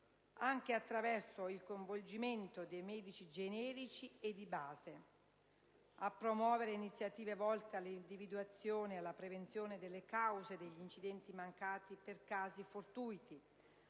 anche attraverso il coinvolgimento dei medici generici e di base; a promuovere iniziative volte all'individuazione e alla prevenzione delle cause degli incidenti mancati per casi fortuiti;